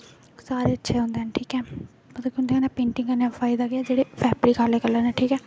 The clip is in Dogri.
सारे अच्छे होंदे न ठीक ऐ मतलब पेंटिंक कन्नै फायदा केह् ऐ फैबरिक आह्ले कल्लर न ठीक ऐ